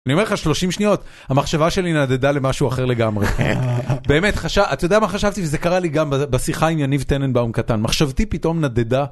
אני אומר לך 30 שניות. המחשבה שלי נדדה למשהו אחר לגמרי. באמת, חשב.., אתה יודע מה חשבתי? וזה קרה לי גם בשיחה עם יניב טננבאום קטן. מחשבתי פתאום נדדה...